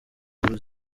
ubu